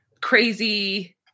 crazy